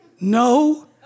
no